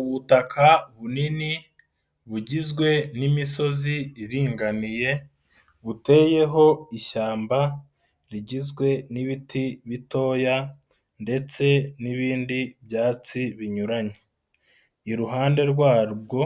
Ubutaka bunini bugizwe n'imisozi iringaniye, buteyeho ishyamba rigizwe n'ibiti bitoya ndetse n'ibindi byatsi binyuranye. Iruhande rwabwo